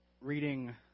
reading